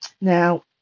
Now